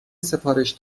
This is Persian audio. سفارش